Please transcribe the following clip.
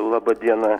laba diena